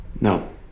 No